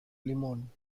limón